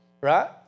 right